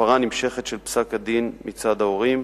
הפרה נמשכת של פסק-הדין מצד ההורים,